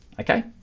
okay